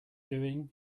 doing